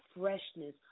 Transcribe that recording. freshness